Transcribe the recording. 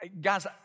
Guys